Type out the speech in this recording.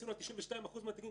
עשינו על 92% מהתיקים,